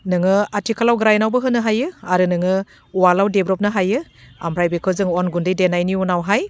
नोङो आथिखालाव ग्राइनावबो होनो हायो आरो नोङो उवालाव देब्रबनो हायो आमफ्राय बेखौ जोङो अन गुन्दै देनायनि उनावहाय